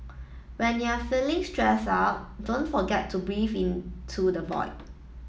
when you are feeling stressed out don't forget to breathe into the void